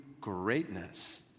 greatness